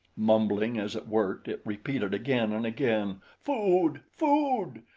mumbling as it worked, it repeated again and again, food! food!